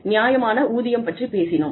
நியாயமான ஊதியம் பற்றிப் பேசினோம்